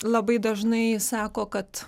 labai dažnai sako kad